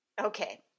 Okay